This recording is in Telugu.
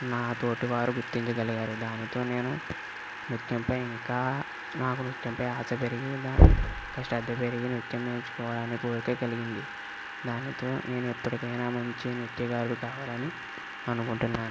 నా తోటి వారు గుర్తించగలిగారు దానితో నేను నృత్యం పై ఇంకా నాకు నృత్యంపై ఆశ పెరిగి ఇంకా శ్రద్ద పెరిగి నృత్యం నేర్చుకోవాలని కోరిక కలిగింది దానితో నేను ఎప్పటికైనా మంచి నృత్యకారుడు కావాలని అనుకుంటున్నాను